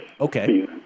Okay